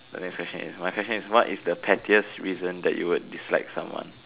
so next question is my question is what is the pettiest reason that you would dislike someone